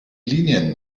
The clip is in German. linien